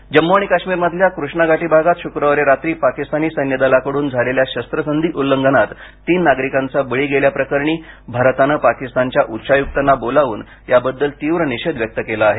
पाक जम्मू आणि काश्मीर मधल्या कृष्णा घाटी भागात शुक्रवारी रात्री पाकिस्तानी सैन्य दलाकडून झालेल्या शस्त्रसंधी उल्लंघनात तीन नागरिकांचा बळी गेल्या प्रकरणी भारतानं पाकिस्तानच्या उच्चायुक्तांना बोलावून याबद्दल तीव्र निषेध व्यक्त केला आहे